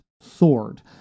sword